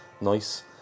Nice